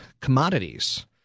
commodities